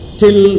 till